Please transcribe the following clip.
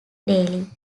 daily